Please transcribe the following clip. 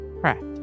Correct